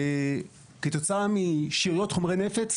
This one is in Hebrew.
כתוצאה משאריות חומרי נפץ,